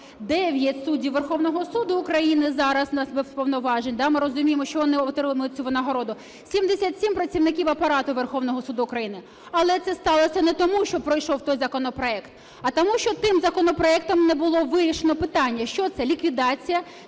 суддів Верховного Суду України зараз у нас без повноважень, да, ми розуміємо, що вони отримують цю винагороду, 77 працівників апарату Верховного Суду України. Але це сталося не тому, що пройшов той законопроект, а тому що тим законопроектом не було вирішене питання: що це, ліквідація